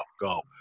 go